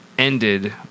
ended